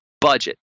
budget